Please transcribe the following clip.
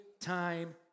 time